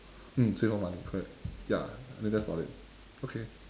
mm save more money correct ya I think that's about it okay